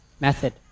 method